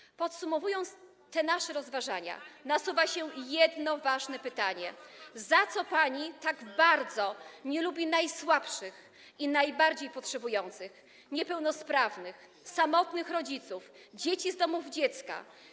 Kiedy podsumowujemy nasze rozważania, nasuwa się jedno ważne pytanie: Za co pani tak bardzo nie lubi najsłabszych i najbardziej potrzebujących, niepełnosprawnych, samotnych rodziców, dzieci z domów dziecka?